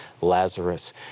Lazarus